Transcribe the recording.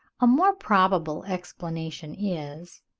a more probable explanation is,